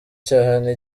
cyane